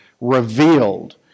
revealed